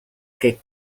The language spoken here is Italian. che